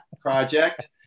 project